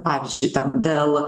pavyzdžiui dėl